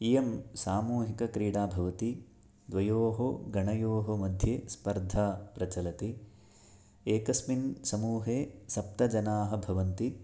इयं सामूहिकक्रीडा भवति द्वयोः गणयोः मध्ये स्पर्धा प्रचलति एकस्मिन् समूहे सप्तजनाः भवन्ति